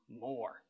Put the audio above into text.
more